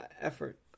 effort